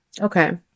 Okay